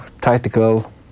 tactical